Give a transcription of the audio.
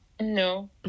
No